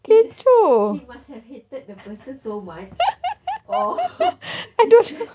he he must have hated the person so much or it's just